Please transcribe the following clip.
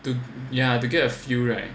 to ya to get a feel right